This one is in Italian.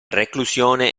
reclusione